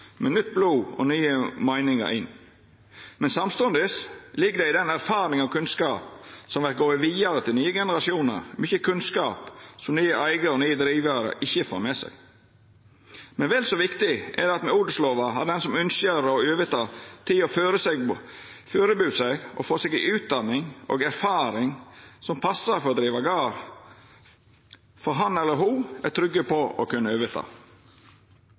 med nytt blod og nye meiningar. Men samstundes ligg det i den erfaringa og kunnskapen som går vidare til nye generasjonar, mykje kunnskap som nye eigarar og nye drivarar ikkje får med seg. Men vel så viktig er det at med odelslova har den som ynskjer å overta, tid til å førebu seg, få seg utdanning og erfaring som passar for å driva gard, så han eller ho er trygg på å